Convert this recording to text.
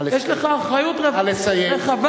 יש לך אחריות רחבה.